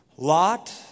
Lot